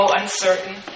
uncertain